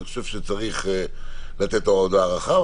אני חושב שצריך לתת עוד הארכה.